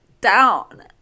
down